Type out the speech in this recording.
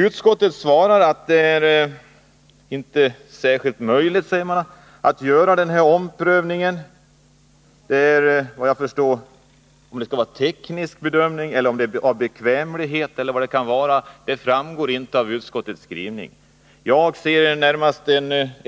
Utskottet svarar att det inte är möjligt att göra denna omprövning. Om det Nr 22 skulle vara svårt att göra en teknisk bedömning eller om det är fråga om bekvämlighet — eller vad det annars kan vara — framgår inte av utskottets skrivning. Jag ser det närmast